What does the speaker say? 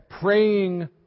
praying